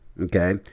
okay